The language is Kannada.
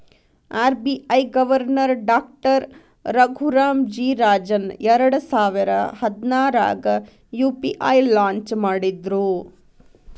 RBI governor doctor Raghuram G Rajan ಎರಡಸಾವಿರ ಹದ್ನಾರಾಗ ಯು.ಪಿ.ಐ ಲಾಂಚ್ ಮಾಡಿದ್ರು